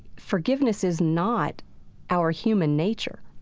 forgiveness is not our human nature.